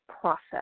process